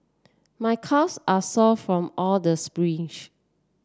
my calves are sore from all the sprints